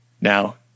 Now